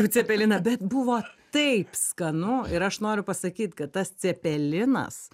cepeliną bet buvo taip skanu ir aš noriu pasakyt kad tas cepelinas